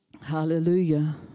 Hallelujah